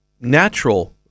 natural